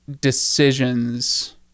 decisions